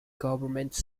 government